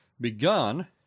begun